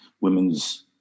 women's